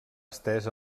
estès